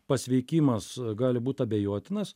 pasveikimas gali būt abejotinas